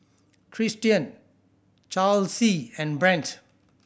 Tristian Charlsie and Brent